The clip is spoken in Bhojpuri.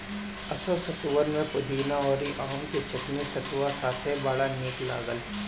असो सतुआन में पुदीना अउरी आम के चटनी सतुआ साथे बड़ा निक लागल